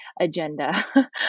agenda